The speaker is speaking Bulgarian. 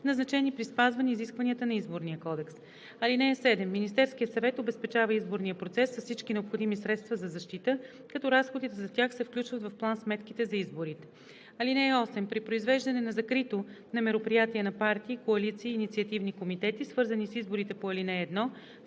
назначени при спазване изискванията на Изборния кодекс. (7) Министерският съвет обезпечава изборния процес с всички необходими средства за защита, като разходите за тях се включват в план-сметката за изборите. (8) При произвеждане на закрито на мероприятия на партии, коалиции и инициативни комитети, свързани с изборите по ал. 1,